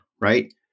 right